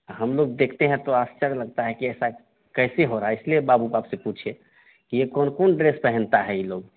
हम लोग देखते हैं तो आश्चर्ज लगता है कि ऐसा कैसे होगा इसीलिए बाबू आपसे पूछे कि यह कौन कौन ड्रेस पहनता है इ लोग